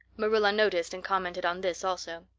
marilla noticed and commented on this also.